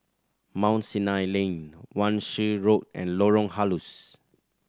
Mount Sinai Lane Wan Shih Road and Lorong Halus